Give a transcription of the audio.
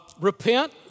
Repent